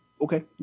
Okay